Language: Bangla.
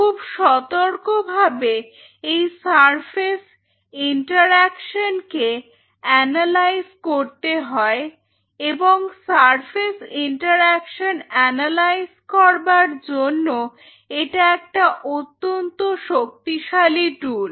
খুব সতর্কভাবে এই সারফেস ইন্টারঅ্যাকশন কে অ্যানালাইজ করতে হয় এবং সারফেস ইন্টারঅ্যাকশন অ্যানালাইজ করবার জন্য এটা একটা অত্যন্ত শক্তিশালী টুল